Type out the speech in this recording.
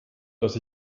dass